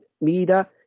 Mida